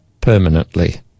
permanently